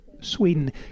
Sweden